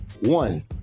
One